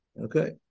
Okay